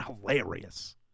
hilarious